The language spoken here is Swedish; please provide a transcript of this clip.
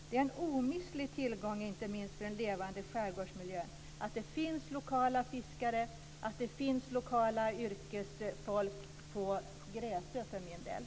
Det är en omistlig tillgång inte minst för en levande skärgårdsmiljö att det finns lokala fiskare och lokalt yrkesfolk t.ex. på Gräsö.